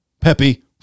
Peppy